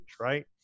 right